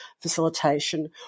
facilitation